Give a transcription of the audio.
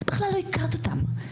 בכלל לא הכרת אותם.